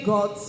God